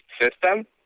system